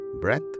breath